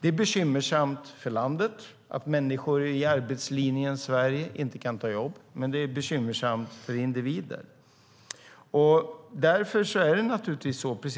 Det är bekymmersamt för landet att människor i arbetslinjens Sverige inte kan ta jobb, men det är bekymmersamt också för individen.